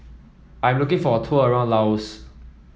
I'm looking for a tour around Laos